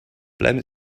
play